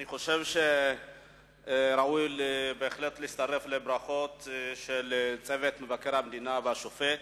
אני חושב שראוי בהחלט להצטרף לברכות לצוות מבקר המדינה ולשופט.